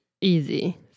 easy